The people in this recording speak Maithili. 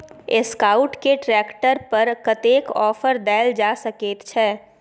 एसकाउट के ट्रैक्टर पर कतेक ऑफर दैल जा सकेत छै?